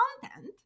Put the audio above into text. content